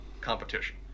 competition